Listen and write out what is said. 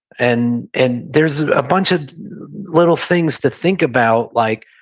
and and there's a bunch of little things to think about, like